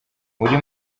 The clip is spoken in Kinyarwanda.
muri